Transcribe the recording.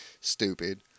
stupid